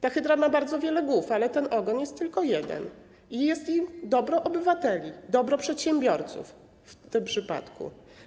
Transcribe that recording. Ta hydra ma bardzo wiele głów, ale ten ogon jest tylko jeden i jest nim dobro obywateli, dobro przedsiębiorców w tym przypadku.